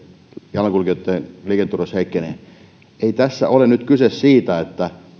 jalankulkijoitten liikenneturvallisuus heikkenee ei tässä ole nyt kyse siitä että